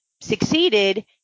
succeeded